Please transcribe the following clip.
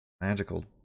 magical